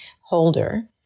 Holder